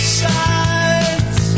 sides